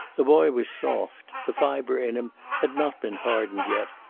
the boy was soft the fiber in him had not been hardened yet,